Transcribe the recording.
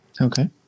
Okay